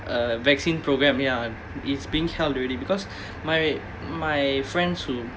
uh vaccine programme ya is being held already because my my friends who